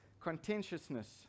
contentiousness